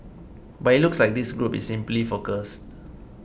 but it looks like this group is simply confused